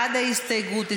בעד ההסתייגות,